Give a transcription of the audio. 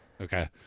Okay